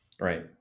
right